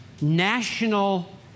national